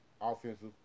offensive